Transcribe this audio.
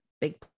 big